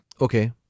Okay